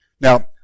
Now